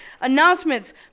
announcements